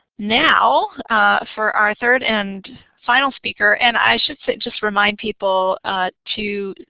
now for our third and final speaker, and i should say just remind people to